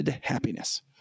happiness